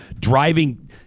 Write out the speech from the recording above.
driving